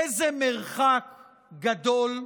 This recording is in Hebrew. איזה מרחק גדול,